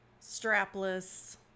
strapless